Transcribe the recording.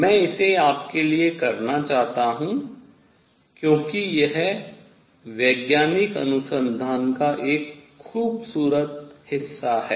मैं इसे आपके लिए करना चाहता हूँ क्योंकि यह वैज्ञानिक अनुसंधान का एक खूबसूरत हिस्सा है